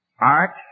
Art